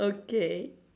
okay